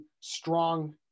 strong